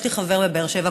יש לי חבר בבאר שבע,